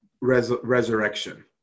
resurrection